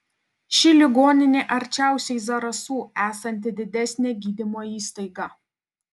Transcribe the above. ši ligoninė arčiausiai zarasų esanti didesnė gydymo įstaiga